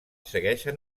segueixen